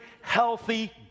healthy